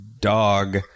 dog